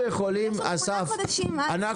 יש עוד שמונה חודשים עד סוף השנה.